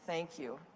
thank you.